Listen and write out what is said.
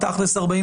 48,